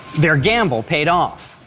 their gamble paid off.